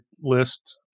list